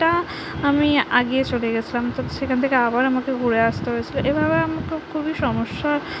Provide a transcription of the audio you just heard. টা আমি এগিয়ে চলে গেছিলাম তো সেখান থেকে আবার আমাকে ঘুরে আসতে হয়েছিল এভাবে আমি খুব খুবই সমস্যা